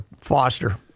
Foster